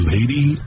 Lady